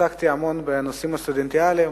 התעסקתי המון בנושאים הסטודנטיאליים,